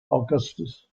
augustus